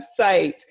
website